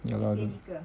ya lor